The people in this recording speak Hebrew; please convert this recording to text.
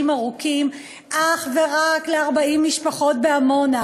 ארוכים אך ורק ל-40 משפחות בעמונה,